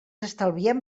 estalviem